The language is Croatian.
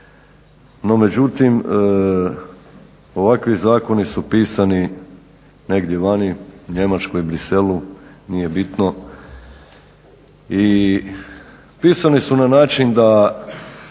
No, međutim ovakvi zakoni su pisani negdje vani u Njemačkoj, Bruxellesu nije bitno i pisani su na način da